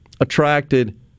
attracted